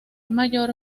mayor